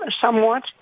somewhat